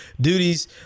duties